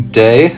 day